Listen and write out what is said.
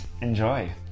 enjoy